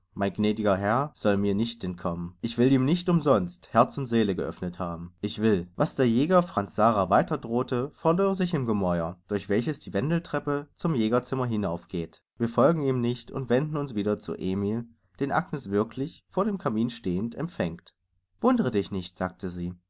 mein gnädiger herr soll mir nicht entkommen ich will ihm nicht umsonst herz und seele geöffnet haben ich will was der jäger franz sara weiter drohte verlor sich im gemäuer durch welches die wendeltreppe zum jägerzimmer hinauf geht wir folgen ihm nicht und wenden uns wieder zu emil den agnes wirklich vor dem kamin stehend empfängt wund're dich nicht sagte sie